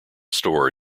store